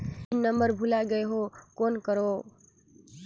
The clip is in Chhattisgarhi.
पिन नंबर भुला गयें हो कौन करव?